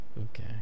Okay